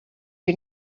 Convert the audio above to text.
you